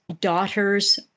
daughter's